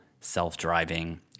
self-driving